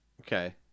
Okay